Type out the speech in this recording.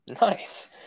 Nice